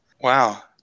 Wow